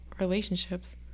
relationships